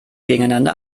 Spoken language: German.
gegeneinander